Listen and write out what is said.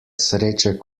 sreče